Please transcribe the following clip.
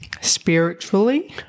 spiritually